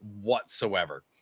whatsoever